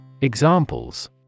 Examples